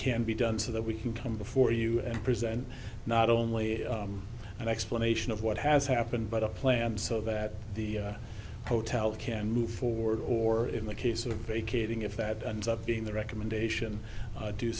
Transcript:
can be done so that we can come before you and present not only an explanation of what has happened but a plan so that the hotel can move forward or in the case of vacating if that ends up being the recommendation to do